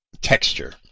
texture